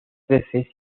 veces